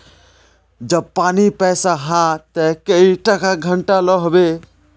जब पानी पैसा हाँ ते कई टका घंटा लो होबे?